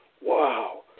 wow